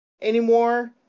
anymore